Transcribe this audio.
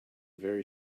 very